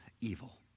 evil